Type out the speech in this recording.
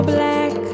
Black